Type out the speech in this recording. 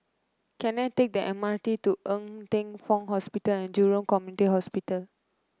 can I take the M R T to Ng Teng Fong Hospital and Jurong Community Hospital